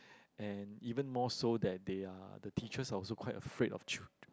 and even more so that they are the teachers are also quite afraid of children